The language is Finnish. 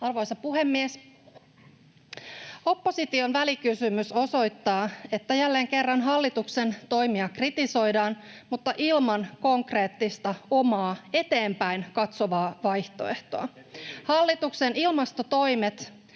Arvoisa puhemies! Opposition välikysymys osoittaa, että jälleen kerran hallituksen toimia kritisoidaan, mutta ilman konkreettista omaa, eteenpäin katsovaa vaihtoehtoa. [Sebastian